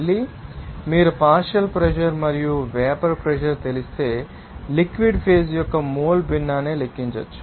మళ్ళీ మీరు partial pressure మరియు వేపర్ ప్రెషర్ తెలిస్తే లిక్విడ్ ఫేజ్ యొక్క మోల్ భిన్నాన్ని లెక్కించవచ్చు